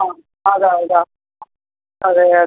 ആ അതാ ഇതാ അതെ അത്